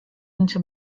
into